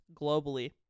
globally